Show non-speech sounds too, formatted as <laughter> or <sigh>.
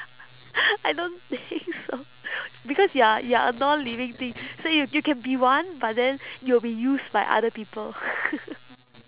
<noise> I don't think so because you are you are a non living thing so you you can be one but then you will be used by other people <noise>